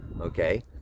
okay